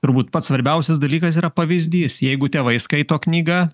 turbūt pats svarbiausias dalykas yra pavyzdys jeigu tėvai skaito knygą